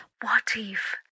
what-if